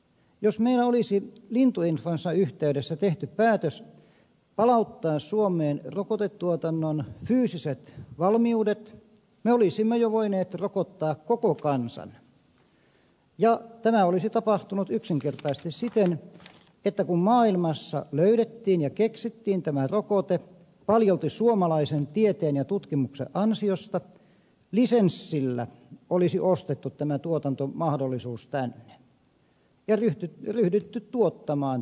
jos meillä olisi lintuinfluenssan yhteydessä tehty päätös palauttaa suomeen rokotetuotannon fyysiset valmiudet me olisimme jo voineet rokottaa koko kansan ja tämä olisi tapahtunut yksinkertaisesti siten että kun maailmassa löydettiin ja keksittiin tämä rokote paljolti suomalaisen tieteen ja tutkimuksen ansiosta lisenssillä olisi ostettu tämä tuotantomahdollisuus tänne ja ryhdytty tuottamaan täällä